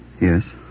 Yes